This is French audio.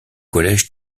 collège